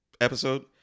episode